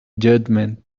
judgment